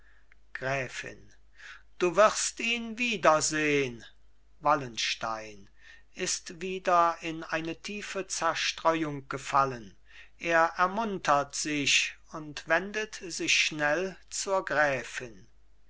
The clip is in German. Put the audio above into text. gräfin du wirst ihn wiedersehn wallenstein ist wieder in eine tiefe zerstreuung gefallen er ermuntert sich und wendet sich schnell zur gräfin